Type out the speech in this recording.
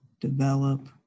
develop